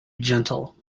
gentle